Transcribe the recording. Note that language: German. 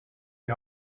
die